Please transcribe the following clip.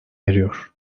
eriyor